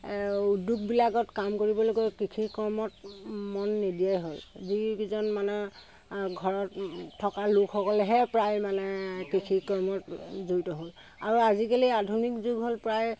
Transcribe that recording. উদ্যোগবিলাকত কাম কৰিবলৈ গৈ কৃষি কৰ্মত মন নিদিয়াই হ'ল যিকিজন মানে ঘৰত থকা লোকসকলেহে প্ৰায় মানে কৃষি কৰ্মত জড়িত হয় আৰু আজিকালি আধুনিক যুগ হ'ল প্ৰায়